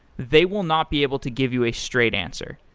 they will not be able to give you a straight answer.